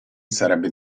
sarebbe